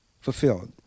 fulfilled